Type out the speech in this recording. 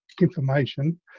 information